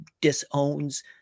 disowns